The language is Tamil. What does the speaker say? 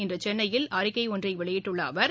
இன்று சென்னையில் அறிக்கை வெளியிட்டுள்ள அவர்